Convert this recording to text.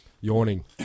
yawning